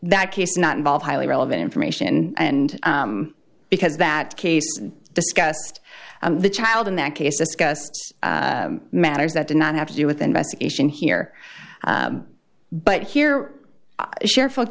that case not involve highly relevant information and because that case discussed the child in that case discussed matters that did not have to do with the investigation here but here i share folk